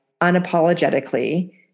unapologetically